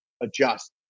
adjust